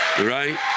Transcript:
Right